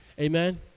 amen